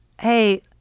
hey